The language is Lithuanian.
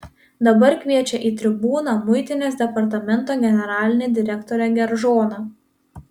dabar kviečia į tribūną muitinės departamento generalinį direktorių geržoną